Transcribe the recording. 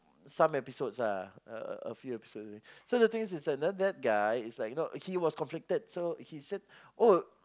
some episodes lah a a few episodes only so the things is like now that guy it's like you know he was conflicted so he said oh